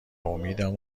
امیدم